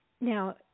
now